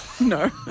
no